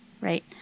right